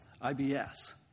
IBS